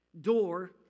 door